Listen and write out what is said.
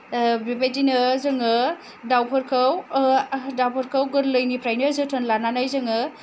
बेबायदिनो जोङो दाउफोरखौ दाउफोरखौ गोरलैनिफ्रायनो जोथोन लानानै जोङो